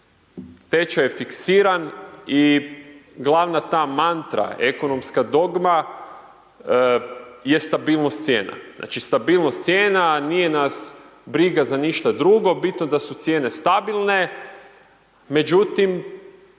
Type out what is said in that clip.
tečaj je fiksiran i glavna ta mantra, ekonomska dogma je stabilnost cijena, znači stabilnost cijena nije nas briga za ništa drugo, bitno da su cijene stabilne, međutim